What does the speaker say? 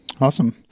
Awesome